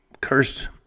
cursed